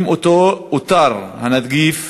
אותר הנגיף,